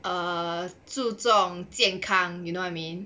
err 注重健康 you know what I mean